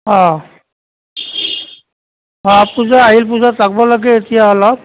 অঁ অঁ পূজা আহিল পূজাত যাব লাগে এতিয়া অলপ